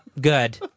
good